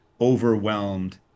overwhelmed